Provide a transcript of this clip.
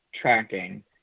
tracking